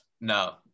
No